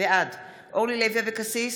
בעד אורלי לוי אבקסיס,